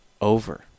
over